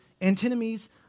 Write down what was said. antinomies